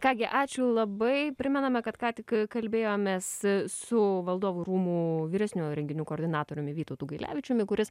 ką gi ačiū labai primename kad ką tik kalbėjomės su valdovų rūmų vyresniuoju renginių koordinatoriumi vytautu gailevičiumi kuris